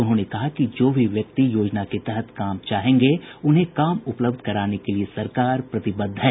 उन्होंने कहा कि जो भी व्यक्ति योजना के तहत काम चाहेंगे उन्हें काम उपलब्ध कराने के लिये सरकार प्रतिबद्ध है